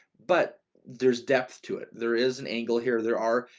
but there's depth to it, there is an angle here, there are